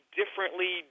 differently